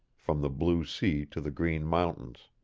from the blue sea to the green mountains.